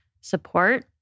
support